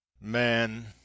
Man